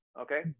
Okay